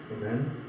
Amen